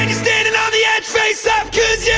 standing on the edge face up cause yeah